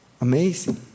Amazing